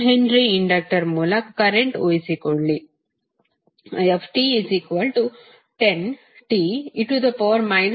1 H inductor ಮೂಲಕ current ಊಹಿಸಿಕೊಳ್ಳಿ it10te 5t A